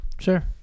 Sure